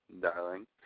darling